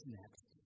next